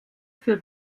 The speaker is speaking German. für